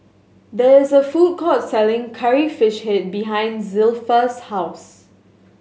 there is a food court selling Curry Fish Head behind Zilpha's house